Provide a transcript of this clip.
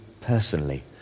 personally